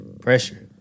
Pressure